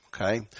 Okay